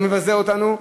ומבזה אותנו,